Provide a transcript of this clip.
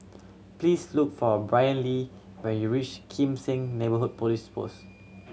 please look for Brynlee when you reach Kim Seng Neighbourhood Police Post